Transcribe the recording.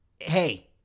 hey